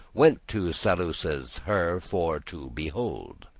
went to saluces, her for to behold.